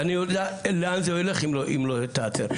ואני יודע לאן זה יילך אם לא ייעצר.